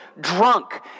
drunk